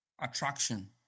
attraction